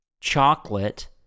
chocolate